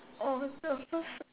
oh no cause